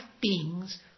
beings